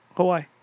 Hawaii